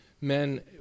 men